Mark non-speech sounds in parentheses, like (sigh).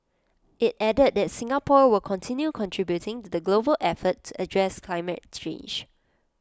IT added that Singapore will continue contributing to the global effort to address climate (unintelligible)